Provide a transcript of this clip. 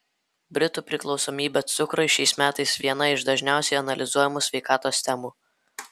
britų priklausomybė cukrui šiais metais viena iš dažniausiai analizuojamų sveikatos temų